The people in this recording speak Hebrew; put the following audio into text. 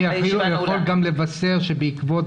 הישיבה ננעלה בשעה